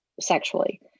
sexually